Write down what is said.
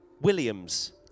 Williams